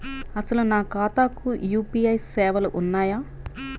అసలు నా ఖాతాకు యూ.పీ.ఐ సేవలు ఉన్నాయా?